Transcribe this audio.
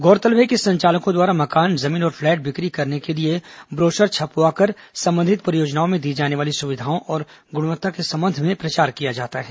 गौरतलब है कि संचालकों द्वारा मकान जमीन और फ्लैट बिक्री करने के लिए ब्रोशर छपवाकर संबंधित परियोजनाओं में दी जाने वाली सुविधाओं और गुणवत्ता के संबंध में प्रचार किया जाता है